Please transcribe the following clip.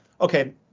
Okay